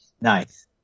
Nice